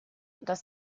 dass